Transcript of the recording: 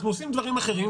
אנחנו עושים דברים אחרים,